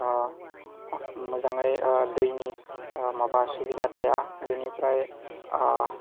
मोजाङै दैनि माबा सुबिदा थाया बिनिफ्राय